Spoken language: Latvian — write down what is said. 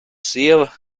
sieva